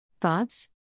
Thoughts